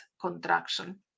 contraction